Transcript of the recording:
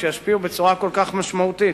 שתשפיע בצורה כל כך משמעותית